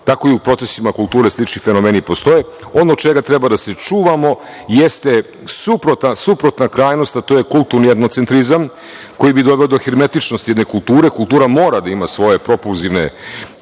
je i u procesima kulture, slični fenomeni postoje. Ono čega treba da se čuvamo jeste suprotna krajnost, a to je kulturni jednocentrizam, koji bi doveo do hermetičnosti jedne kulture. Kultura mora da ima svoje propulzivne